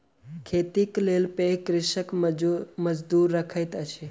खेतीक लेल पैघ कृषक मजदूर रखैत अछि